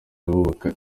bubaka